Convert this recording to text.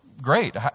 Great